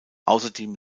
außerdem